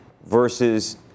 versus